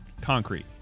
concrete